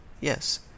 Yes